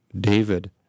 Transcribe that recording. David